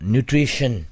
Nutrition